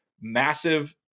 massive